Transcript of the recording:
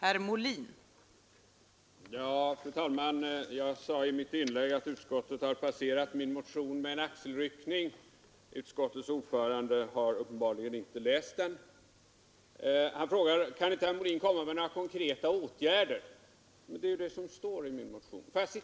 Fru talman! Jag sade i mitt förra inlägg att utskottet med en axelryckning låtit min motion passera. Utskottets ordförande har uppenbarligen inte ens läst den. Han säger: Kan inte herr Molin föreslå några konkreta åtgärder! Det är ju det jag gör i min motion.